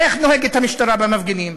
איך נוהגת המשטרה במפגינים?